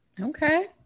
Okay